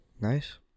nice